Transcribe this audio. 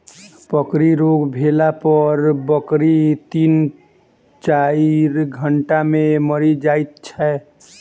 फड़की रोग भेला पर बकरी तीन चाइर घंटा मे मरि जाइत छै